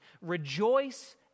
Rejoice